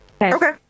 Okay